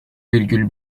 virgül